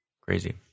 Crazy